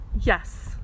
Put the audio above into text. yes